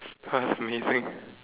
that was amazing